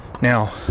Now